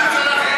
אמרנו את זה קודם.